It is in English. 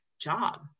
job